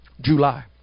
July